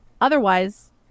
otherwise